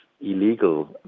illegal